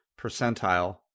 percentile